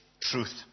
truth